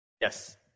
Yes